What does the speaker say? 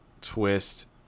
twist